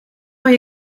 van